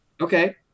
Okay